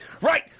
right